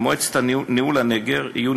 במועצת ניהול הנגר יהיו